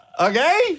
Okay